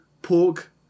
pork